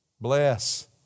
Bless